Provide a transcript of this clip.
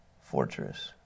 fortress